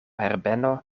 herbeno